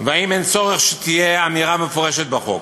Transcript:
והאם אין צורך שתהיה אמירה מפורשת בחוק.